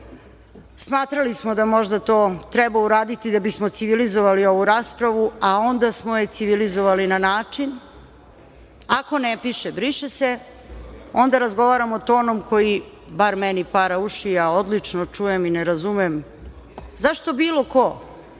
smatrali smo da možda to treba uraditi da bismo civilizovali ovu raspravu, a onda smo je civilizovali na način - ako ne piše "briše se", onda razgovaramo tonom koji, bar meni, para uši. Ja odlično čujem i ne razumem zašto bilo ko